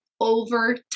over